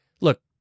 look